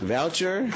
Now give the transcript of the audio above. Voucher